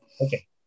Okay